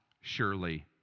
surely